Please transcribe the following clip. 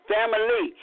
Family